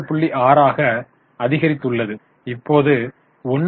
6 ஆக அதிகரித்துள்ளது இப்போது 1